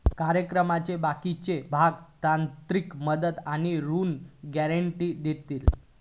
कार्यक्रमाचे बाकीचे भाग तांत्रिक मदत आणि ऋण गॅरेंटी देतले